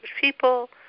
people